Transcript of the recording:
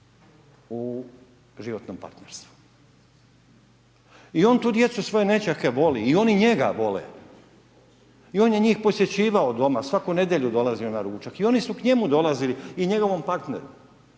u životnom partnerstvu i on tu djecu, svoje nećake voli i oni njega vole i on je njih posjećivao doma, svaku nedjelju dolazio na ručak i oni su k njemu dolazili i njegovom partneru,